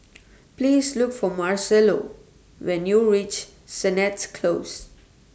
Please Look For Marcello when YOU REACH Sennett Close